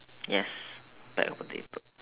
yes bag of potato